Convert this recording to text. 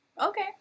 Okay